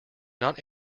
not